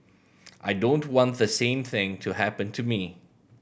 I don't want the same thing to happen to me